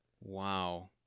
Wow